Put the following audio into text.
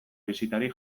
bisitari